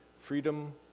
Freedom